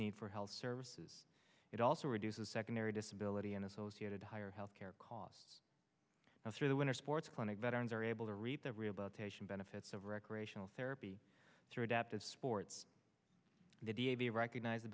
need for health services it also reduces secondary disability and associated higher health care costs and through the winter sports clinic veterans are able to reap the rehabilitation benefits of recreational therapy through adaptive sports d a b recognize the